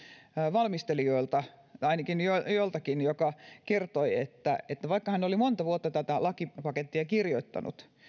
valmistelijoilta ainakin joltakin joka kertoi että että vaikka hän oli monta vuotta tätä lakipakettia kirjoittanut